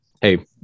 hey